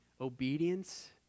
obedience